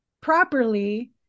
properly